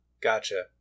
Gotcha